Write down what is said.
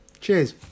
Cheers